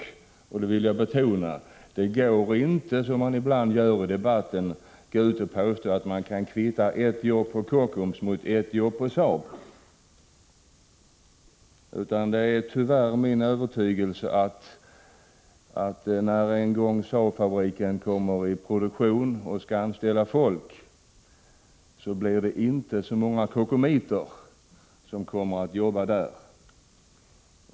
Jag vill dock betona att det inte, som man ibland gör i debatten, går att påstå att man kan kvitta ett jobb på Kockums mot ett jobb på Saab. Min övertygelse är tyvärr att det när Saab:s fabrik kommer i gång med produktionen och skall anställa folk inte blir så många ”kockumiter” som får jobb där.